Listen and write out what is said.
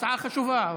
הצעה חשובה.